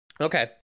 okay